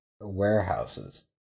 warehouses